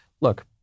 look